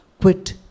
quit